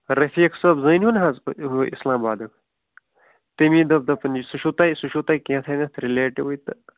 رفیق صٲب زٲنہُن حظ اِسلام آبادُک تٔمی دوٚپ دوٚپُن سُہ چھُ تۄہہِ سُہ چھُو تۄہہِ کیتھانٮ۪تھ رِلیٹِوٕے تہٕ